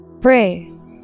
praise